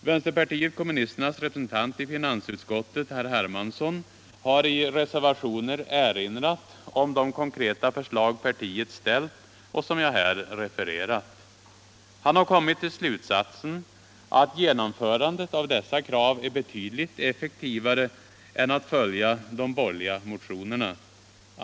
Vänsterpartiet kommunisternas representant i finansutskottet, herr Hermansson, har i reservationer erinrat om de konkreta förslag som partiet ställt och som Jag här refererat. Han har kommit till slutsatsen att genomförandet av dessa krav är betydligt effektivare än att bifalla de borgerliga motionerna.